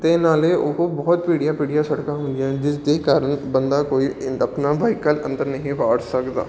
ਅਤੇ ਨਾਲੇ ਉਹ ਬਹੁਤ ਭੀੜੀਆਂ ਭੀੜੀਆਂ ਸੜਕਾਂ ਹੁੰਦੀਆਂ ਹਨ ਜਿਸਦੇ ਕਾਰਨ ਬੰਦਾ ਕੋਈ ਆਪਣਾ ਵਾਹੀਕਲ ਅੰਦਰ ਨਹੀਂ ਵਾੜ ਸਕਦਾ